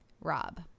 Rob